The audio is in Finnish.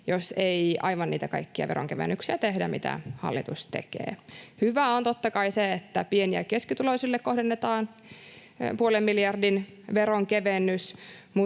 jos ei tehdä aivan niitä kaikkia veronkevennyksiä, mitä hallitus tekee. Hyvää on totta kai se, että pieni- ja keskituloisille kohdennetaan puolen miljardin veronkevennys,